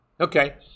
Okay